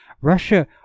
russia